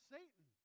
Satan